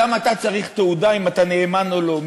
גם אתה צריך תעודה אם אתה נאמן או לא.